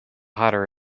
hotter